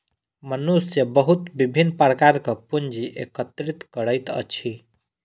मनुष्य बहुत विभिन्न प्रकारक पूंजी एकत्रित करैत अछि